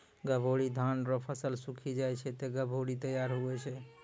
गभोरी धान रो फसल सुक्खी जाय छै ते गभोरी तैयार हुवै छै